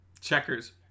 Checkers